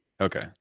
okay